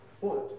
foot